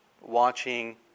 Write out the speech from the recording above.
watching